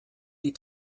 die